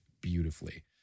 beautifully